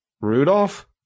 Rudolph